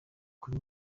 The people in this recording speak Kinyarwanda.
kuri